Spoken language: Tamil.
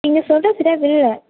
நீங்கள் சொல்கிறது சரியாக புரியல